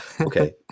okay